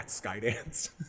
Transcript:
Skydance